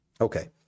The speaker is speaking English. Okay